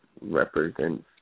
represents